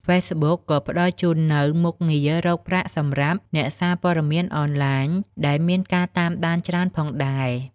Facebook ក៏ផ្តល់ជូននូវមុខងាររកប្រាក់សម្រាប់អ្នកសារព័ត៌មានអនឡាញដែលមានការតាមដានច្រើនផងដែរ។